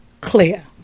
clear